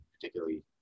particularly